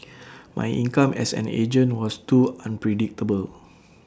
my income as an agent was too unpredictable